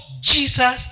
Jesus